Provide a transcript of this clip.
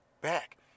back